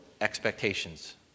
expectations